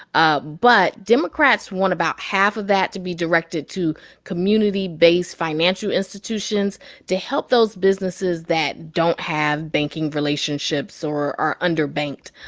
ah but democrats want about half of that to be directed to community-based financial institutions to help those businesses that don't have banking relationships or are underbanked.